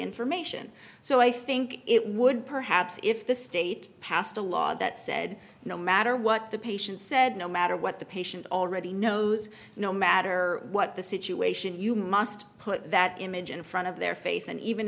information so i think it would perhaps if the state passed a law that said no matter what the patient said no matter what the patient already knows no matter what the situation you must put that image in front of their face and even